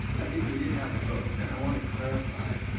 i think we did have a vote and i wanna clarify